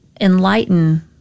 enlighten